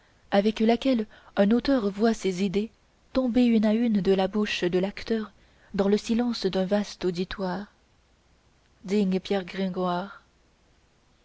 avec laquelle un auteur voit ses idées tomber une à une de la bouche de l'acteur dans le silence d'un vaste auditoire digne pierre gringoire